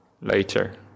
later